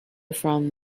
from